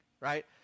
right